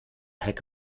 heck